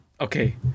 okay